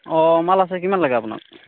অ মাল আছে কিমান লাগে আপোনাক